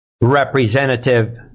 Representative